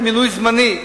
במינוי זמני,